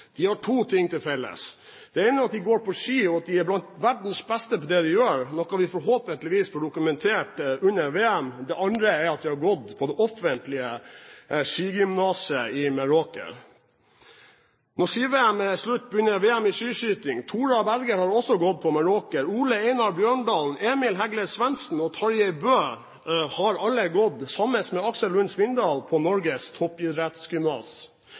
de går på ski, og at de er blant verdens beste på det de gjør, noe vi forhåpentligvis får dokumentert under VM. Det andre er at de har gått på det offentlige skigymnaset i Meråker. Når Ski-VM er slutt, begynner VM i skiskyting. Tora Berger har også gått på Meråker. Ole Einar Bjørndalen, Emil Hegle Svendsen og Tarjei Bø har alle gått, sammen med Aksel Lund Svindal, på Norges